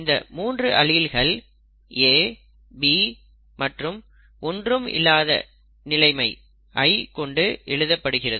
இந்த 3 அலீல்கள் A B மற்றும் ஒன்றும் இல்லாத நிலைமையை i கொண்டு எழுதப்படுகிறது